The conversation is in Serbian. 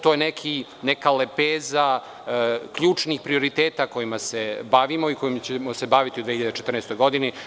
To je neka lepeza ključnih prioriteta kojima se bavimo i kojima ćemo se baviti u 2014. godini.